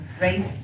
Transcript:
Race